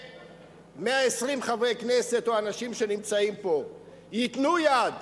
ש-120 חברי כנסת או האנשים שנמצאים פה ייתנו יד